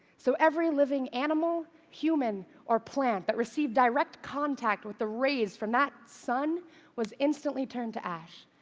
so every living animal, human or plant that received direct contact with the rays from that sun was instantly turned to ash.